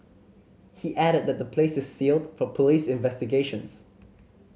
he added that the place is sealed for police investigations